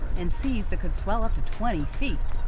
in seas that could swell up to twenty feet.